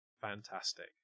fantastic